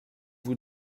vous